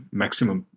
maximum